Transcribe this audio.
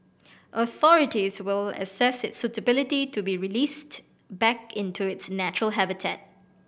authorities will assess its suitability to be released back into its natural habitat